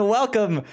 welcome